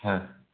হ্যাঁ